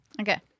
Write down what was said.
Okay